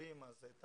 סגורים אז את